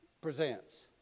presents